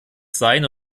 sein